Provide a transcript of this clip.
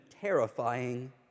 terrifying